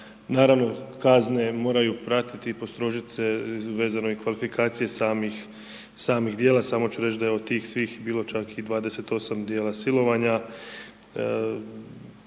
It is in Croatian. naravno, kazne moraju pratiti i postrožiti se vezano i kvalifikacije samih djela, samo ću reći da je od tih svih bilo čak i 28 djela silovanja,